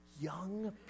young